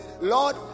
Lord